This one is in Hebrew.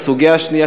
והסוגיה השנייה,